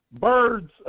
birds